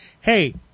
hey